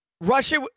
Russia